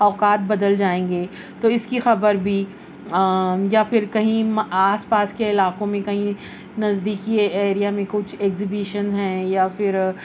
اوقات بدل جائیں گے تو اس کی خبر بھی یا پھر کہیں آس پاس کے علاقوں میں کہیں نزدیکی ایریا میں کچھ ایگزبیشن ہیں یا پھر